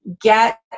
get